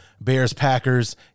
Bears-Packers